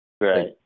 right